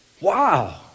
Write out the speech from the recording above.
Wow